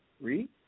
Read